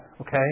Okay